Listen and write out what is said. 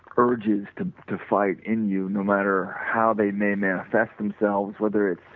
urges to to fight in you, no matter how they they manifest themselves, whether it's